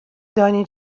دانی